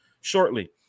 shortly